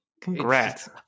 congrats